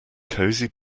cosy